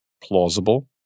plausible